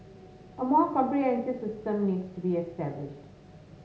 a more comprehensive system needs to be established